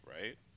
right